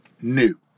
new